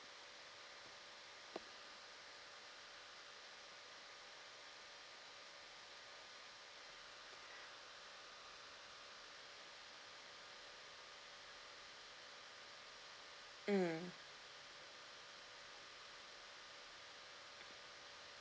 mm